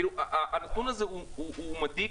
הנתון הזה מדאיג,